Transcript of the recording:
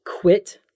quit